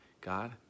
God